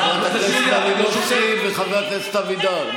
חברת הכנסת מלינובסקי וחבר הכנסת אבידר,